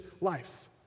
life